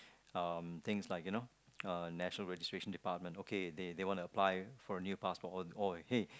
um things like you know uh national registration department okay they they want to apply for new a passport and all hey